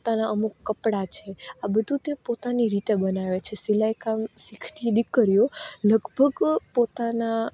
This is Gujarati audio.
પોતાના અમુક કપડા છે આ બધું તે પોતાની રીતે બનાવે છે સિલાઈકામ શીખતી દીકરીઓ લગભગ પોતાના